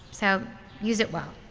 so use it well.